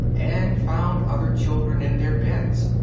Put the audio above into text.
and found other children in their beds,